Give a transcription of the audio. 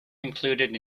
included